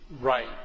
Right